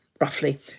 roughly